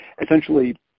essentially